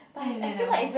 then in the end never hor